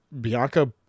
Bianca